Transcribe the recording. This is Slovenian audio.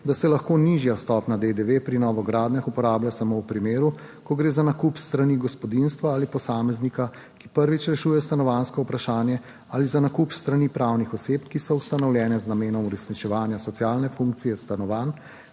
da se lahko nižja stopnja DDV pri novogradnjah uporablja samo v primeru, ko gre za nakup s strani gospodinjstva ali posameznika, ki prvič rešuje stanovanjsko vprašanje, ali za nakup s strani pravnih oseb, ki so ustanovljene z namenom uresničevanja socialne funkcije stanovanj,